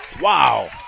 Wow